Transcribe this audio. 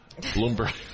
Bloomberg